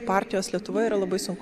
partijos lietuvoje yra labai sunku